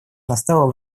настало